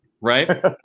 Right